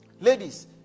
Ladies